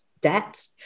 debt